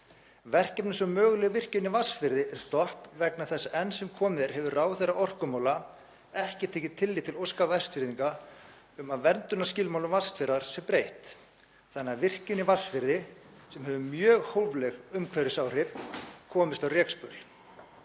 Verkefni eins og möguleg virkjun í Vatnsfirði er stopp vegna þess að enn sem komið er hefur ráðherra orkumála ekki tekið tillit til óska Vestfirðinga um að verndunarskilmálum Vatnsfjarðar sé breytt þannig að virkjun í Vatnsfirði, sem hefur mjög hófleg umhverfisáhrif, komist á rekspöl.